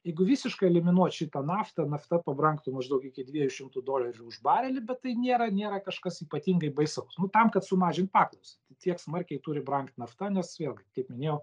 jeigu visiškai eliminuot šitą naftą nafta pabrangtų maždaug iki dviejų šimtų dolerių už barelį bet tai nėra nėra kažkas ypatingai baisaus nu tam kad sumažint paklausą tai tiek smarkiai turi brangt nafta nes vėlgi kaip minėjau